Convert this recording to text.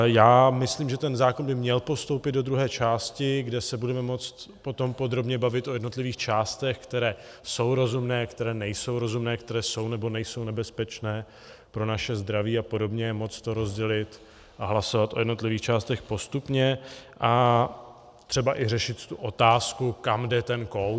Já myslím, že ten zákon by měl postoupit do druhé části, kde se budeme moct potom podrobně bavit o jednotlivých částech, které jsou rozumné, které nejsou rozumné, které jsou, nebo nejsou nebezpečné pro naše zdraví apod., moct to rozdělit a hlasovat o jednotlivých částech postupně a třeba i řešit tu otázku, kam jde ten kouř.